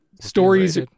stories